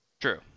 True